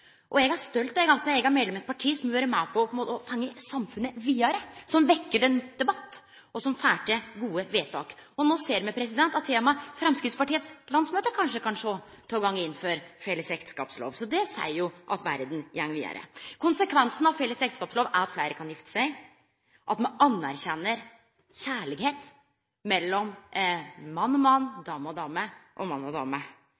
Eg er stolt av at eg er medlem av eit parti som har vore med på å få samfunnet vidare, som vekkjer debatt, og som får til gode vedtak. No ser me at til og med Framstegspartiets landsmøte kanskje kan kome til å gå inn for felles ekteskapslov, det seier jo at verda går vidare. Konsekvensen av felles ekteskapslov er at fleire kan gifte seg, at me anerkjenner kjærleik mellom mann og mann, dame og